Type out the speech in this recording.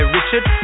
Richard